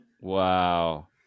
Wow